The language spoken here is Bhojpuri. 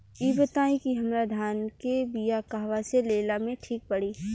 इ बताईं की हमरा धान के बिया कहवा से लेला मे ठीक पड़ी?